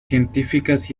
científicas